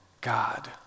God